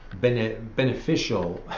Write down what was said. beneficial